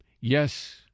Yes